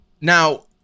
Now